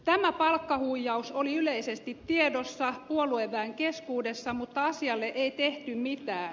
tämä palkkahuijaus oli yleisesti tiedossa puolueväen keskuudessa mutta asialle ei tehty mitään